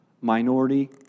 minority